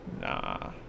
nah